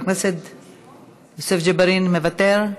יוסף ג'בארין מוותר?